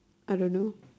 I don't know